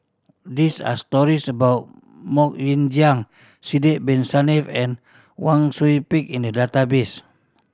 this are stories about Mok Ying Jang Sidek Bin Saniff and Wang Sui Pick in the database